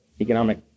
economic